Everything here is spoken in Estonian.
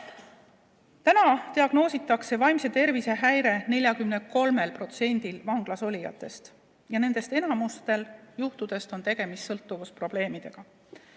Täna diagnoositakse vaimse tervise häire 43%-l vanglas olijatest ja nendest enamikul juhtudel on tegemist sõltuvusprobleemidega.